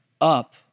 up